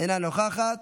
אינו נוכח,